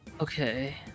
Okay